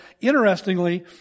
Interestingly